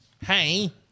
Hey